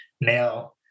now